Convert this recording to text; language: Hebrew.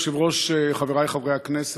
אדוני היושב-ראש, חברי חברי הכנסת,